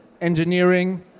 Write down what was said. engineering